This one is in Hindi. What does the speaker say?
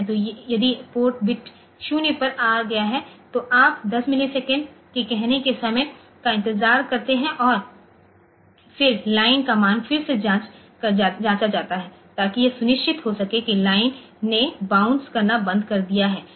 तो यदि पोर्ट बिट 0 पर आ गया है तो आप 10 मिलीसेकंड के कहने के समय का इंतजार करते हैं और फिर लाइन का मान फिर से जांचा जाता है ताकि यह सुनिश्चित हो सके कि लाइन ने बाउंस करना बंद कर दिया है